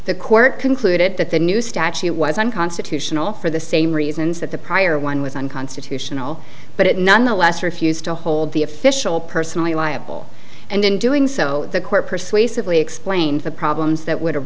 the court concluded that the new statute was unconstitutional for the same reasons that the prior one was unconstitutional but it nonetheless refused to hold the official personally liable and in doing so the court persuasively explained the problems that would